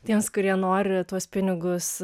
tiems kurie nori tuos pinigus